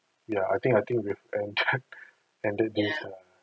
ya I think I think with end there ended this lah